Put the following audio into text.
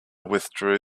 withdrew